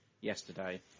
yesterday